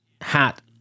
hat